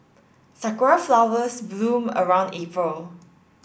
sakura flowers bloom around April